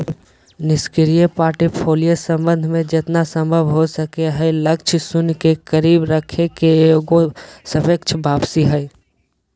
निष्क्रिय पोर्टफोलियो प्रबंधन मे जेतना संभव हो सको हय लक्ष्य शून्य के करीब रखे के एगो सापेक्ष वापसी हय